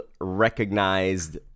recognized